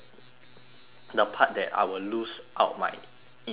the part that I will lose out my investment